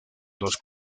dos